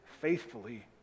faithfully